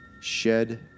shed